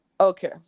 Okay